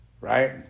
right